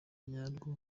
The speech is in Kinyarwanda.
nyarwo